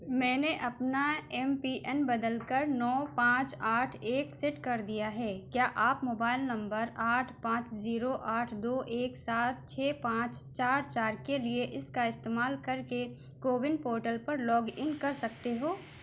میں نے اپنا ایم پی این بدل کر نو پانچ آٹھ ایک سیٹ کر دیا ہے کیا آپ موبائل نمبر آٹھ پانچ زیرو آٹھ دو ایک سات چھ پانچ چار چار کے لیے اِس کا استعمال کر کے کوون پورٹل پر لاگ ان کر سکتے ہو